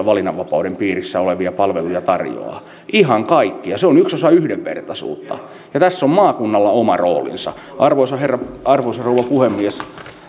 valinnanvapauden piirissä olevia palveluja tarjoavat ihan kaikkia se on yksi osa yhdenvertaisuutta ja tässä on maakunnalla oma roolinsa arvoisa rouva puhemies